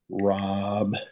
Rob